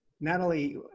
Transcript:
Natalie